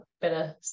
better